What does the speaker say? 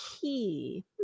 key